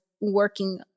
working